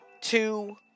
two